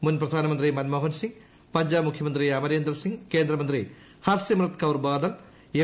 മുൻ പ്രധാനമന്ത്രി മൻമോഹൻ സിങ് പഞ്ചാബ് മുഖ്യമന്ത്രി അമരേന്ദർ സിങ് കേന്ദ്രമന്ത്രി ഹർസിമ്രത് കൌർ ബാദൽ എം